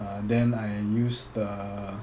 uh then I use the